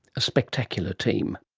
a spectacular team